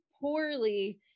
poorly